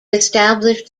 established